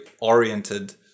oriented